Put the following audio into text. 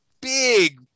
big